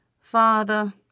Father